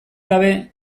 gabe